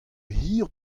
hir